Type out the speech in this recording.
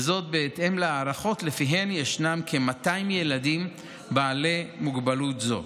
וזאת בהתאם להערכות שלפיהן יש כ-200 ילדים בעלי מוגבלות זו.